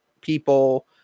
people